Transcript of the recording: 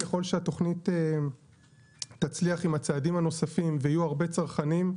ככל שהתוכנית תצליח עם הצעדים הנוספים ויהיו הרבה צרכנים,